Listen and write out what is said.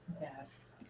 Yes